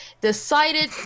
decided